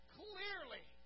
clearly